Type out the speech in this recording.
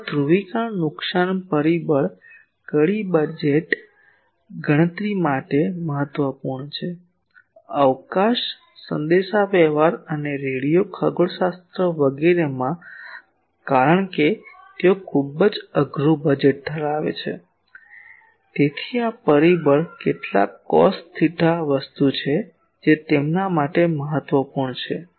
હવે આ ધ્રુવીકરણ નુકશાન પરિબળ કડી બજેટ ગણતરી માટે મહત્વપૂર્ણ છે અવકાશ સંદેશાવ્યવહાર અને રેડિયો ખગોળશાસ્ત્ર વગેરેમાં કારણ કે તેઓ ખૂબ જ અઘરું બજેટ ધરાવે છે તેથી આ પરિબળ કેટલાક કોસ થેટા વસ્તુ છે જે તેમના માટે મહત્વપૂર્ણ છે